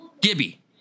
Gibby